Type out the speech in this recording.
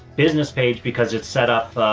business page because it's set up.